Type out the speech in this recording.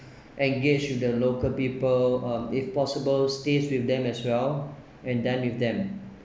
engage with the local people um if possible stay with them as well and dine with them